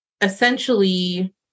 essentially